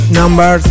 number